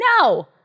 no